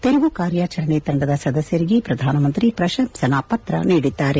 ತೆರವು ಕಾರ್ಯಾಚರಣೆ ತಂಡದ ಸದಸ್ಥರಿಗೆ ಪ್ರಧಾನ ಮಂತ್ರಿ ಪ್ರಶಂಸನಾ ಪತ್ರವನ್ನು ನೀಡಿದ್ದಾರೆ